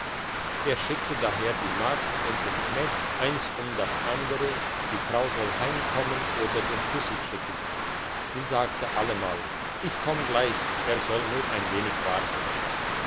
er schickte daher die magd und den knecht eins um das andere die frau soll heimkommen oder den schlüssel schicken sie sagte allemal ich komm gleich er soll nur ein wenig warten